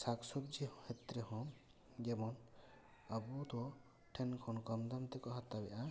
ᱥᱟᱠ ᱥᱚᱵᱽᱡᱤ ᱠᱷᱮᱛᱨᱮ ᱦᱚᱸ ᱡᱮᱢᱚᱱ ᱟᱵᱚᱫᱚ ᱴᱷᱮᱱ ᱠᱷᱚᱱ ᱠᱚᱢ ᱫᱟᱢ ᱛᱮᱠᱚ ᱦᱟᱛᱟᱣᱮᱫᱟ